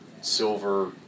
silver